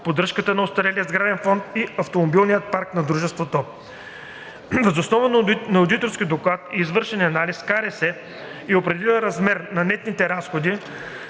поддръжката на остарелия сграден фонд и автомобилния парк на Дружеството. Въз основа на одиторски доклад и извършен анализ КРС е определила размер на нетните разходи